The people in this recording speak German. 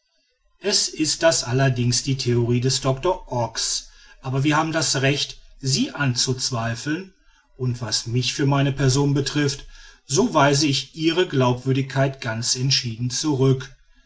es ist das allerdings die theorie des doctor ox aber wir haben das recht sie anzuzweifeln und was mich für meine person betrifft so weise ich ihre glaubwürdigkeit ganz entschieden zurück